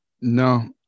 No